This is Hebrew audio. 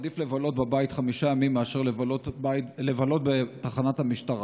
עדיף לבלות בבית חמישה ימים מאשר לבלות בתחנת המשטרה.